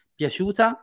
piaciuta